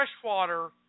freshwater